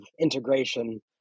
integration